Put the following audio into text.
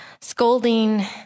scolding